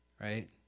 right